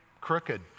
crooked